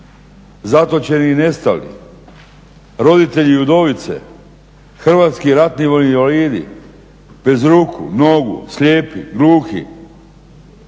zatočenih i nestalih, roditelji i udovice, hrvatski ratni vojni invalidi bez ruku, nogu, slijepi, gluhi,